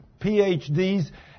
PhDs